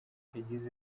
yagize